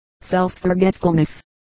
Self-forgetfulness